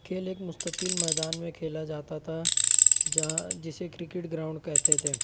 کھیل ایک مستطیل میدان میں کھیلا جاتا تھا جہاں جسے کرکٹ گراؤنڈ کہتے تھے